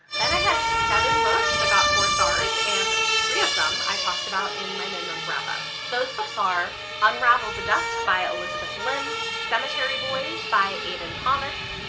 then i had seven books that got four stars and three of them i talked about in my mid-month wrap up. those books are unravel the dusk by elizabeth lim, cemetery boys by aiden thomas,